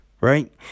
right